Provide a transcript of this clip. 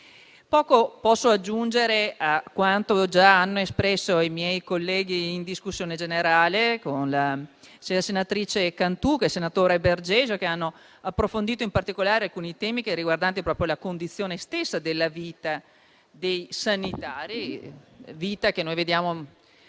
Poco posso aggiungere a quanto già hanno espresso i miei colleghi in discussione generale; la senatrice Cantù e il senatore Bergesio hanno approfondito in particolare i temi riguardanti la condizione stessa della vita dei sanitari, che diventa